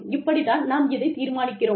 இப்படி தான் நாம் இதைத் தீர்மானிக்கிறோம்